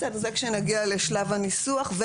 זה כשנגיע לשלב הניסוח.